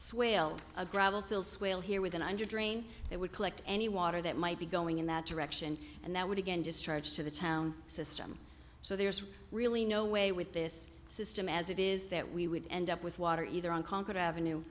swale here with an under drain that would collect any water that might be going in that direction and that would again discharge to the town system so there's really no way with this system as it is that we would end up with water either on concrete avenue